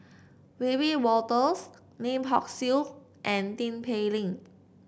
Wiebe Wolters Lim Hock Siew and Tin Pei Ling